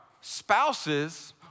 spouses